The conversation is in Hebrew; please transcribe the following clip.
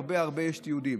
יש הרבה הרבה תיעודים,